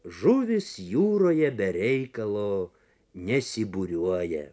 žuvys jūroje be reikalo nesibūriuoja